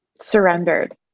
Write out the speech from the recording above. surrendered